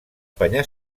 penya